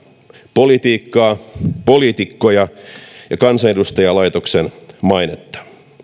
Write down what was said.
politiikkaa poliitikkoja ja kansanedustajalaitoksen mainetta